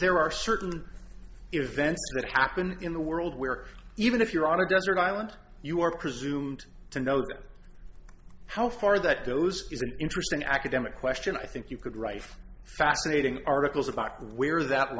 there are certain events that happen in the world where even if you're on a desert island you are presumed to know that how far that goes is an interesting academic question i think you could write fascinating articles about where that